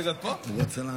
ביהודה ושומרון,